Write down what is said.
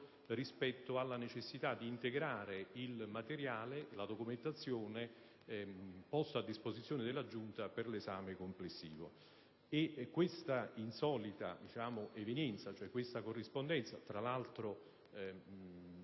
rispetto alla necessità di integrare la documentazione posta a disposizione della Giunta per l'esame complessivo. Questa insolita evenienza (cioè questa corrispondenza), tra l'altro